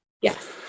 Yes